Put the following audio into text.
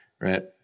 right